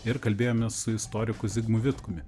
ir kalbėjomės su istoriku zigmu vitkumi